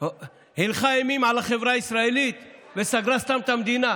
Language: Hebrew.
רק הילכה אימים על החברה הישראלית וסתם סגרה את המדינה?